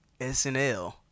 SNL